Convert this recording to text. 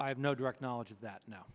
i have no direct knowledge of that now